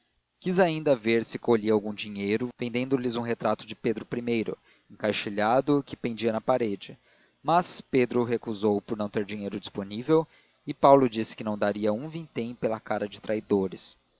quis ainda ver se colhia algum dinheiro vendendo lhes um retrato de pedro i encaixilhado que pendia da parede mas pedro recusou por não ter dinheiro disponível e paulo disse que não daria um vintém pela cara de traidores